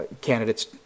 candidates